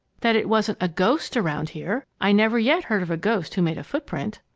that it wasn't a ghost around here. i never yet heard of a ghost who made a footprint!